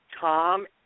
Tom